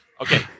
Okay